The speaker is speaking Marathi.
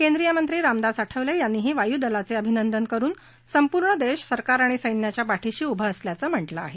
केंद्रीय मंत्री रामदास आठवले यांनीही वायुदलाचे अभिनंदन करुन संपूर्ण देश सरकार सैन्याच्या पाठीशी उभे असल्याचं म्हटलं आहे